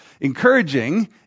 encouraging